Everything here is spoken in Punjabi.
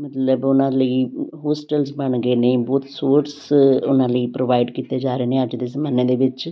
ਮਤਲਬ ਉਹਨਾਂ ਲਈ ਹੋਸਟਲਸ ਬਣ ਗਏ ਨੇ ਬਹੁਤ ਸਪੋਰਟਸ ਉਹਨਾਂ ਲਈ ਪ੍ਰੋਵਾਈਡ ਕੀਤੇ ਜਾ ਰਹੇ ਨੇ ਅੱਜ ਦੇ ਜ਼ਮਾਨੇ ਦੇ ਵਿੱਚ